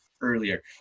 earlier